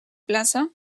plaça